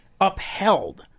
upheld